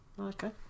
Okay